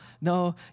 no